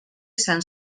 sant